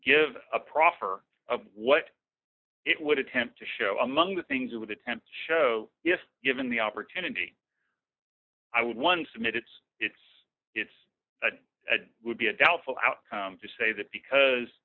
give a proffer of what it would attempt to show among the things that would attempt show if given the opportunity i would once submit it's it's it's it would be a doubtful outcome to say that because